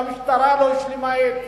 שהמשטרה לא השלימה את